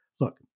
look